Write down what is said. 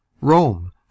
Rome